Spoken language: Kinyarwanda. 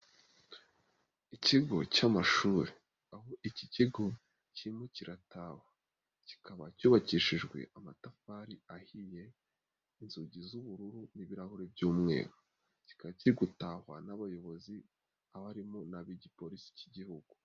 Ikigo cy'amashuri, aho iki kigo cyirimo kiraratahwa, kikaba cyubakishijwe amatafari ahiye, inzugi z'ubururu n'ibirahuri by'umweru, kika kiri gutahwa n'abayobozi, abarimu n'ab'igipolisi cy'igihugu.